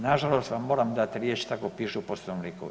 Nažalost vam moram dati riječ tako piše u Poslovniku.